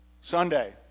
Sunday